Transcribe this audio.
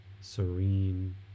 serene